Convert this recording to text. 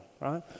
right